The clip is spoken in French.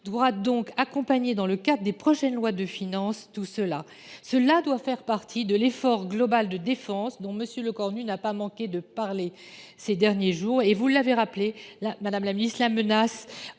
donc les accompagner dans le cadre des prochaines lois de finances. Cela doit faire partie de l’effort global de défense dont M. Lecornu n’a pas manqué de parler ces derniers jours. Vous l’avez rappelé, madame la ministre, la menace